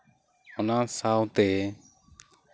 ᱚᱱᱟ ᱥᱟᱶᱛᱮ